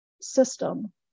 system